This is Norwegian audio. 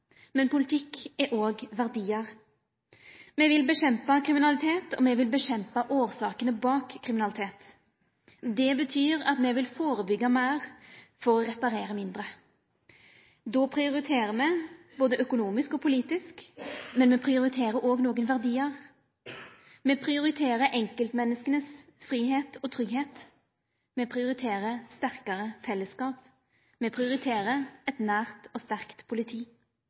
men politikk er òg verdiar. Me vil kjempa mot kriminalitet, og me vil kjempa mot årsakene bak kriminalitet. Det betyr at me vil forebyggja meir for å reparera mindre. Då prioriterer me både økonomisk og politisk, men me prioriterer òg nokre verdiar. Me prioriterer enkeltmenneskas fridom og tryggleik, me prioriterer sterkare fellesskap, me prioriterer eit nært og sterkt politi,